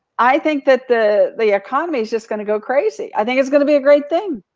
i think that the the economy is just gonna go crazy. i think it's gonna be a great thing.